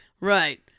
Right